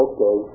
Okay